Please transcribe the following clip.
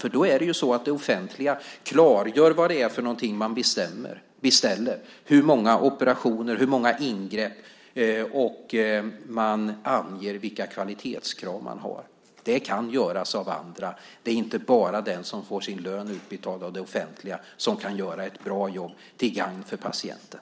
För det är ju det offentliga som klargör vad det är man beställer - antalet operationer, antalet ingrepp - och man anger de kvalitetskrav man har. Det kan göras även av andra. Det är inte bara den som får sin lön utbetald av det offentliga som kan göra ett bra jobb till gagn för patienten.